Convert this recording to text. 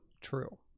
True